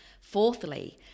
fourthly